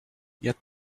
yet